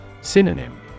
Synonym